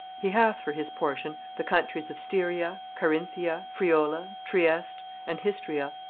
he hath for his portion the countries of styria, carinthia, friola, treiste, and histria,